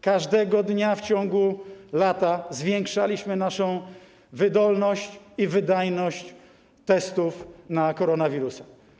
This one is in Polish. Każdego dnia w ciągu lata zwiększaliśmy naszą wydolność i wydajność testów na koronawirusa.